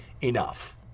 enough